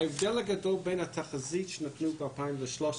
ההבדל הגדול בין התחזית השנתית ב-2013